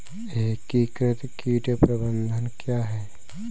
एकीकृत कीट प्रबंधन क्या है?